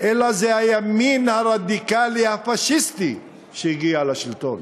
אלא זה הימין הרדיקלי הפאשיסטי שהגיע לשלטון,